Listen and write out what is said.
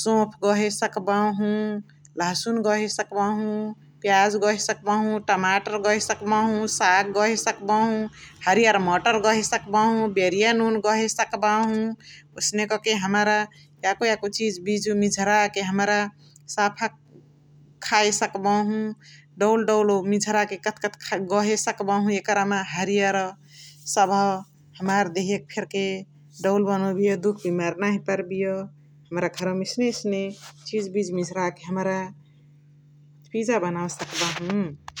सोप गहे सक्बहु, लगसुन गहे सक्बहु, पियाज गहे सक्बहु, तमातर गहे सक्बहु, साग गहे सक्बहु हरियर गहे सक्बहु, बेरिया नुन गहे सक्बहु । ओसने क के हमरा याको याको चिबिजु मिझारा के हमरा साफा खाय सक्बहु दौल दौल मिझारा के कथ कथ गहे सक्बहु । एकरा मा हरियार सभ हमार देहिया के फेर के दौल बनोबिया दुख्बिमार नाही कर्बिय हमरा एसने यसेने मिझारा के हमरा पिज्ज बनवे सक्बहु ।